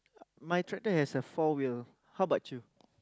my tractor has a four wheel how about you